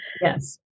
Yes